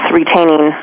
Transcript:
retaining